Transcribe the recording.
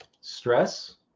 stress